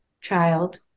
child